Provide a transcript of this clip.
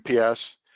UPS